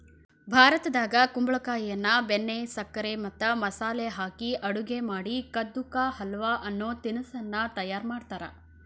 ಭಾರತದಾಗ ಕುಂಬಳಕಾಯಿಯನ್ನ ಬೆಣ್ಣೆ, ಸಕ್ಕರೆ ಮತ್ತ ಮಸಾಲೆ ಹಾಕಿ ಅಡುಗೆ ಮಾಡಿ ಕದ್ದು ಕಾ ಹಲ್ವ ಅನ್ನೋ ತಿನಸ್ಸನ್ನ ತಯಾರ್ ಮಾಡ್ತಾರ